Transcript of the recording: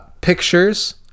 pictures